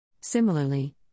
Similarly